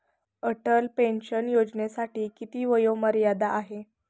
Atal pension योजनेसाठी किती वयोमर्यादा आहे?